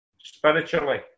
spiritually